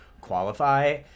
qualify –